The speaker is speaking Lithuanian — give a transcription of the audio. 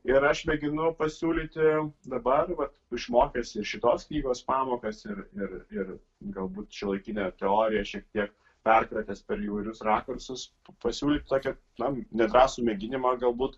ir aš mėginu pasiūlyti dabar vat išmokęs ir šitos knygos pamokas ir ir ir galbūt šiuolaikinę teoriją šiek tiek perkratęs per įvairius rakursus pasiūlyti tokią na nedrąsų mėginimą galbūt